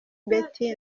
betty